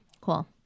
Cool